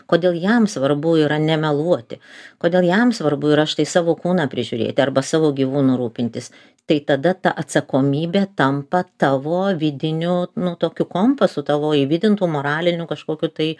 kodėl jam svarbu yra nemeluoti kodėl jam svarbu yra štai savo kūną prižiūrėti arba savo gyvūnu rūpintis tai tada ta atsakomybė tampa tavo vidiniu nu tokiu kompasu moraliniu kažkokiu tai